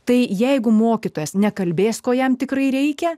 tai jeigu mokytojas nekalbės ko jam tikrai reikia